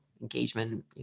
engagement